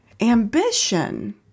ambition